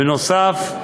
בנוסף,